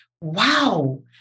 Wow